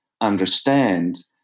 understand